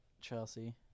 Chelsea